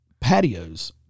patios